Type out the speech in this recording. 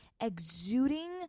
exuding